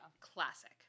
Classic